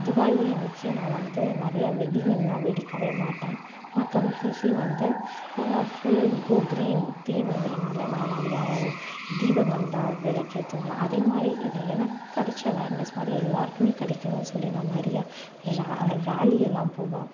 தீவாளி அன்னைக்கி நான் வந்து நிறையா வெடிகள்லாம் வெடிக்கவே மாட்டேன் நான் கம்ப்ளீட்லி வந்து ஃபுல் கோ கிரீன் தீம்ங்குறனால நான் நிறையா தீபங்கள் தான் விளக்கேத்துவேன் அதே மாதிரி இது எனக்கு கிடச்ச அவேர்னஸ் மாதிரி எல்லாருக்குமே கிடைக்கணுன்னு சொல்லி நான் நிறையா ரா ராலி எல்லாம் போவேன்